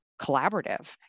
collaborative